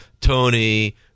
Tony